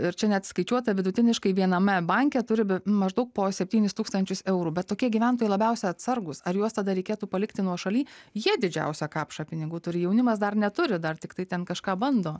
ir čia net skaičiuota vidutiniškai viename banke turi b maždaug po septynis tūkstančius eurų bet tokie gyventojai labiausia atsargūs ar juos tada reikėtų palikti nuošaly jie didžiausią kapšą pinigų turi jaunimas dar neturi dar tiktai ten kažką bando